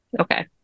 Okay